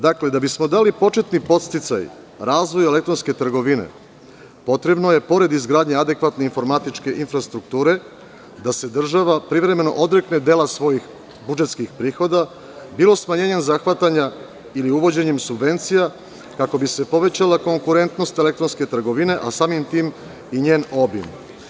Dakle, da bi smo dali početni podsticaj razvoju elektronske trgovine, potrebno je pored izgradnje adekvatne informatičke infrastrukture da se država privremeno odrekne dela svojih budžetskih prohoda, bilo smanjenjem zahvatanja ili uvođenjem subvencija, kako bi se povećala konkurentnost elektronske trgovine, samim tim i njen obim.